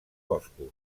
boscos